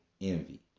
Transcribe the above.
envy